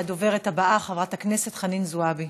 הדוברת הבאה, חברת הכנסת חנין זועבי.